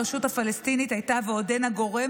הרשות הפלסטינית הייתה ועודנה גורם